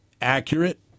accurate